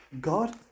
God